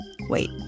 Wait